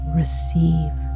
receive